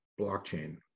blockchain